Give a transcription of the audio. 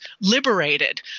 liberated